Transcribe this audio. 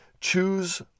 Choose